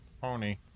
pony